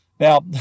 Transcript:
Now